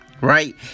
right